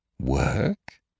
Work